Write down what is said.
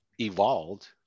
evolved